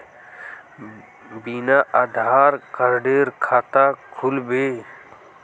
बिना आधार कार्डेर खाता खुल बे?